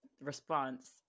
response